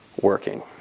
working